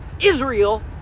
Israel